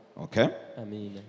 Okay